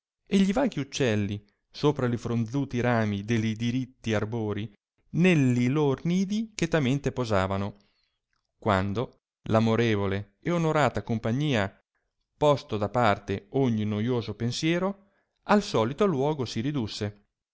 e gli vaghi uccelli sopra li fronzuti rami delli diritti arbori nelli lor nidi chetamente posavano quando l'amorevole e onorata compagnia posto da parte ogni noioso pensiero al solito luogo si ridusse